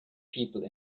people